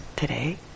today